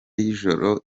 y’ijoro